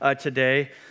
today